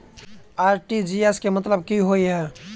RTGS केँ मतलब की होइ हय?